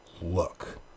look